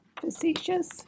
facetious